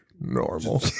normal